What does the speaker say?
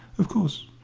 of course,